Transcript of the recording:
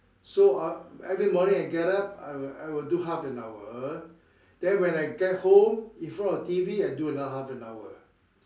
so uh every morning I get up I I will do half an hour then when I get home in front of T_V I do another half an hour